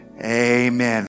amen